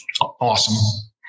awesome